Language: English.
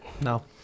No